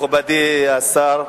מכובדי השר,